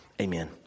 Amen